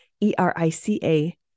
E-R-I-C-A